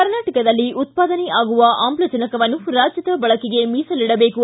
ಕರ್ನಾಟಕದಲ್ಲಿ ಉತ್ಪಾದನೆ ಆಗುವ ಆಮ್ಲಜನಕವನ್ನು ರಾಜ್ಯದ ಬಳಕೆಗೇ ಮೀಸಲಿಡಬೇಕು